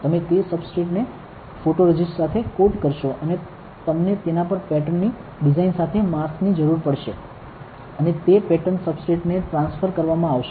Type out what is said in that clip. તમે તે સબસ્ટ્રેટ ને ફોટોરેઝિસ્ટ સાથે કોટ કરશો અને તમને તેના પર પેટર્નની ડિઝાઇન સાથે માસ્ક ની જરૂર પડશે અને તે પેટર્ન સબસ્ટ્રેટ ને ટ્રાન્સફર કરવામાં આવશે